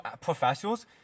professionals